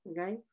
okay